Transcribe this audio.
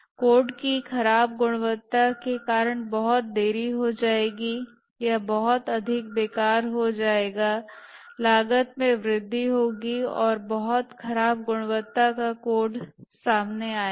code की खराब गुणवत्ता के कारण बहुत देरी हो जाएगी यह बहुत अधिक बेकार हो जाएगा लागत में वृद्धि होगी और बहुत खराब गुणवत्ता का कोड सामने आएगा